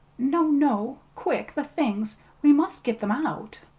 no, no! quick the things we must get them out!